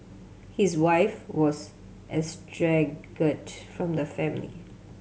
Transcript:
his wife was estranged from the family